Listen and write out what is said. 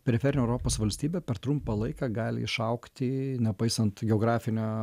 periferinė europos valstybė per trumpą laiką gali išaugti nepaisant geografinio